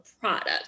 product